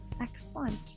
Excellent